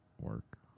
work